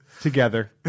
Together